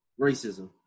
Racism